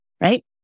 right